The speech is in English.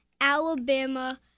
Alabama